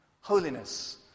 Holiness